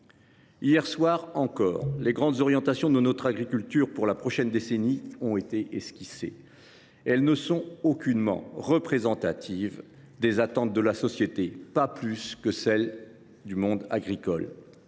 Hier soir encore, les grandes orientations de notre agriculture pour la prochaine décennie ont été esquissées. Elles ne sont aucunement représentatives des attentes de la société, pas plus que de celles du monde agricole.